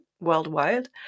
worldwide